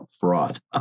fraud